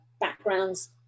backgrounds